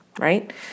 right